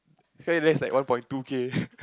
fair that's like one point two K